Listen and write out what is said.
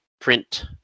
print